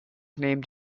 named